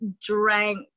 drank